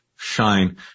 shine